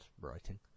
writing